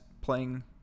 playing